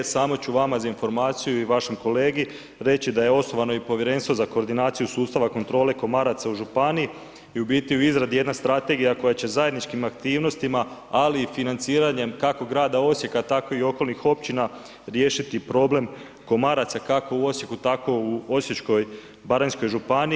Samo ću vama za informaciju i vašem kolegi reći da je osnovano i Povjerenstvo za koordinaciju sustava kontrole komaraca u županiji i u biti u izradi je jedna strategija koja će zajedničkim aktivnostima ali i financiranjem kako grada Osijeka tako da i okolnih općina, riješiti problem komaraca kako u Osijeku tako u Osječko-baranjskoj županiji.